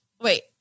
wait